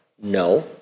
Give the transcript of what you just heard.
No